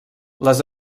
les